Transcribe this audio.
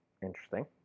interesting